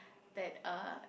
that uh